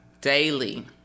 daily